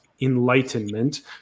enlightenment